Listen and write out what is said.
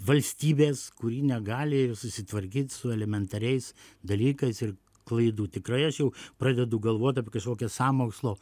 valstybės kuri negali ir susitvarkyt su elementariais dalykais ir klaidų tikrai aš jau pradedu galvot apie kažkokią sąmokslo